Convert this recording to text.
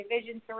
Division